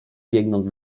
biegnąc